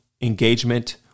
engagement